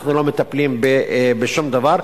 אנחנו לא מטפלים בשום דבר.